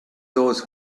those